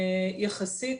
יחסית,